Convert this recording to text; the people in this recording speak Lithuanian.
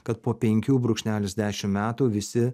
kad po penkių brūkšnelis dešim metų visi